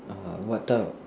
err what type of